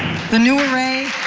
the new array